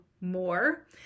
more